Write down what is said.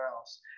else